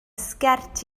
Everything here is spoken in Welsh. sgert